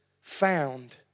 found